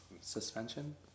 Suspension